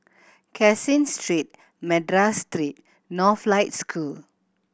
Caseen Street Madras Street Northlight School